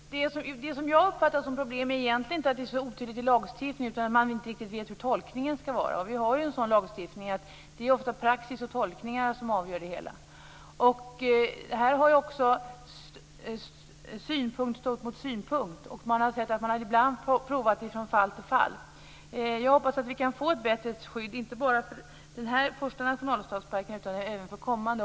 Fru talman! Det som jag uppfattar som problem är egentligen inte att lagstiftningen är så otydlig utan att man inte riktigt vet vilken tolkning som ska göras. Vi har en sådan lagstiftning att det ofta är praxis och tolkningar som avgör. Här har också synpunkt stått mot synpunkt. Vi har sett att man ibland har provat från fall till fall. Jag hoppas att vi kan få ett bättre skydd - inte bara för denna första nationalstadspark, utan även för kommande.